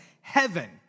heaven